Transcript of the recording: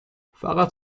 فقط